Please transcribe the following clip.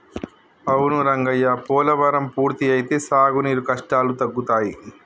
అవును రంగయ్య పోలవరం పూర్తి అయితే సాగునీరు కష్టాలు తగ్గుతాయి